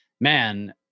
man